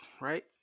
right